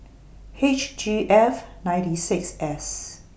H G F ninety six S